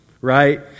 right